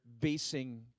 basing